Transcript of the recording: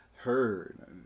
heard